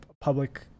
public